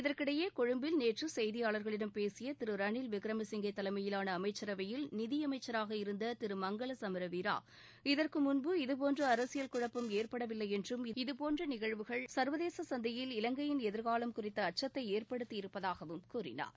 இதற்கிடையே கொழும்பில் நேற்று செய்தியாளர்களிடம் பேசிய திரு ரனில் விக்ரமசிங்கே தலைமையிலான அமைச்சரவையில் நிதியமைச்சராக இருந்த திரு மங்கள சுமரவீரா இதற்கு முன்பு இதுபோன்ற அரசியல் குழப்பம் ஏற்படவில்லை என்றும் இதுபோன்ற நிகழ்வுகள் சர்வதேச சந்தையில் இலங்கையின் எதிர்காலம் குறித்த அச்சத்தை ஏற்படுத்தியிருப்பதாகவும் கூறினார்